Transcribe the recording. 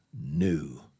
new